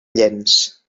llenç